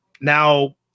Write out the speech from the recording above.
now